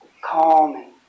Calming